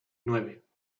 nueve